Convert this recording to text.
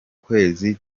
kwezi